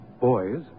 boys